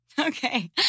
okay